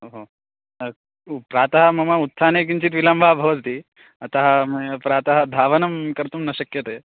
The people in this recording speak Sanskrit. ओहो अस्तु प्रातः मम उत्थाने किञ्चित् विलम्बः भवति अतः मया प्रातः धावनं कर्तुं न शक्यते